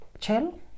chill